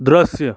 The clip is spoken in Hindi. दृश्य